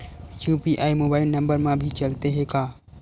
UPI mobile number मा भी चलते हे का?